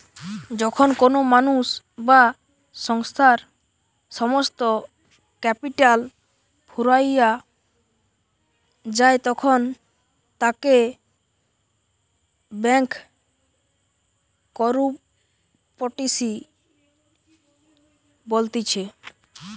যখন কোনো মানুষ বা সংস্থার সমস্ত ক্যাপিটাল ফুরাইয়া যায়তখন তাকে ব্যাংকরূপটিসি বলতিছে